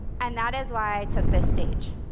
and that is why i took this stage.